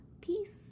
peace